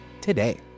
today